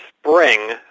spring